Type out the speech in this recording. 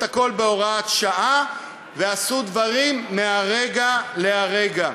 הכול בהוראת שעה ועשו דברים מהרגע להרגע.